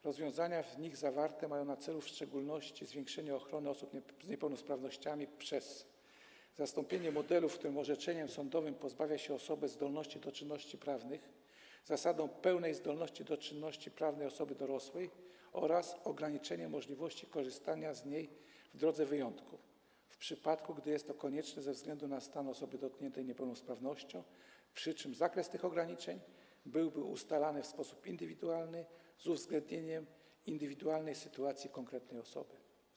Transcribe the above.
Rozwiązania w nich zawarte mają na celu w szczególności zwiększenie ochrony osób z niepełnosprawnościami przez zastąpienie modelu, w którym orzeczeniem sądowym pozbawia się osobę zdolności do czynności prawnych, zasadą pełnej zdolności do czynności prawnej osoby dorosłej oraz ograniczenia możliwości korzystania z niej w drodze wyjątku, w przypadku gdy jest to konieczne ze względu na stan osoby dotkniętej niepełnosprawnością, przy czym zakres tych ograniczeń byłby ustalany w sposób indywidualny, z uwzględnieniem indywidualnej sytuacji konkretnej osoby.